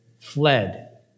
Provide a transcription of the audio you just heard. fled